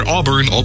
Auburn